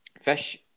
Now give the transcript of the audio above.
Fish